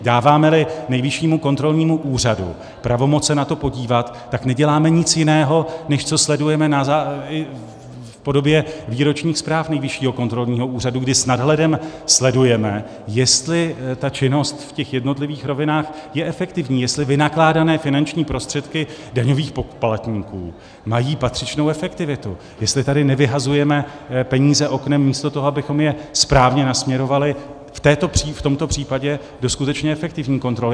Dávámeli Nejvyššímu kontrolnímu úřadu pravomoc se na to podívat, tak neděláme nic jiného, než co sledujeme v podobě výročních zpráv Nejvyššího kontrolního úřadu, kdy s nadhledem sledujeme, jestli ta činnost v jednotlivých rovinách je efektivní, jestli vynakládané finanční prostředky daňových poplatníků mají patřičnou efektivitu, jestli tady nevyhazujeme peníze oknem místo toho, abychom je správně nasměrovali v tomto případě do skutečně efektivní kontroly.